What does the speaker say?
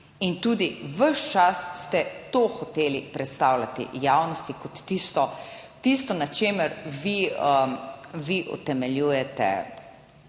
in tudi ves čas ste to hoteli predstavljati javnosti kot tisto, tisto na čemer vi, vi utemeljujete